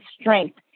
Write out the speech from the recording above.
strength